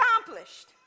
accomplished